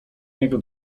niego